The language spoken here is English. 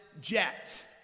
jet